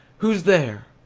who's there?